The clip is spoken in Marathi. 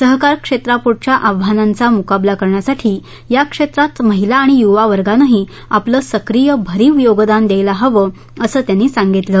सहकार क्षेत्रापुढच्या आव्हानांचा मुकाबला करण्यासाठी या क्षेत्रात महिला आणि युवावर्गानही आपलं सक्रिय भरीव योगदान द्यायला हवं असं त्यांनी सांगितलं